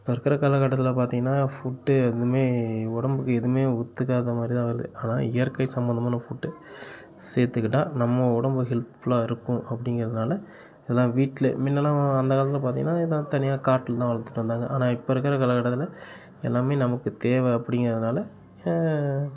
இப்போ இருக்கிற காலகட்டத்தில் பார்த்தீங்கன்னா ஃபுட் எதுவுமே உடம்புக்கு எதுவுமே ஒற்றுக்காத மாதிரி தான் வருது அதான் இயற்கை சம்மந்தமான ஃபுட் சேத்துக்கிட்டால் நம்ம உடம்பு ஹெல்த்ஃபுல்லாக இருக்கும் அப்படிங்கிறதால இதெலாம் வீட்டில முன்னலாம் அந்த காலத்தில் பார்த்தீங்கன்னா இதை தனியாக காட்டில தான் வளர்த்துட்டு வந்தாங்க ஆனால் இப்போ இருக்கிற காலகட்டத்தில் எல்லாமே நமக்கு தேவை அப்படிங்கிறதுனால